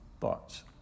thoughts